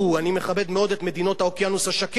אני מכבד מאוד את מדינות האוקיינוס השקט,